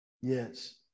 Yes